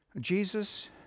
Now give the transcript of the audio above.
Jesus